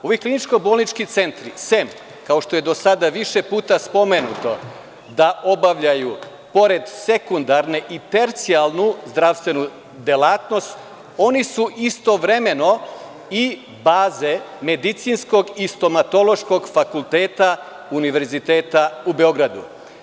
Ovi kliničko bolnički centri sem, kao što je do sada više puta spomenuto, da obavljaju pored sekundarne i tercijalnu zdravstvenu delatnost, oni su istovremeno i baze Medicinskog i Stomatološkog fakulteta Univerziteta u Beogradu.